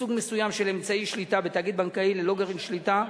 מסוג מסוים של אמצעי שליטה בתאגיד בנקאי ללא גרעין שליטה,